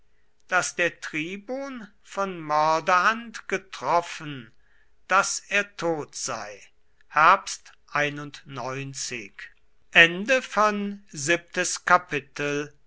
daß der tribun von mörderhand getroffen daß er tot sei